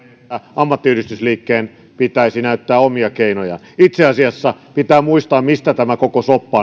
ammattiyhdistysliikkeen pitäisi näyttää omia keinoja itse asiassa pitää muistaa mistä tämä koko soppa